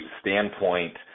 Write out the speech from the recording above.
standpoint